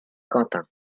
quentin